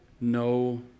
no